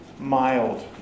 mild